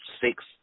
six